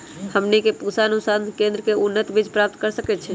हमनी के पूसा अनुसंधान केंद्र से उन्नत बीज प्राप्त कर सकैछे?